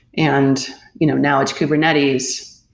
and you know now it's kubernetes,